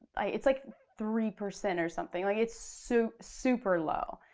ah it's like three percent or something, like it's so super low.